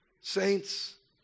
saints